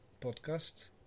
podcast